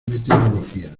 meteorología